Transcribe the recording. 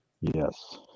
Yes